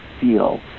feel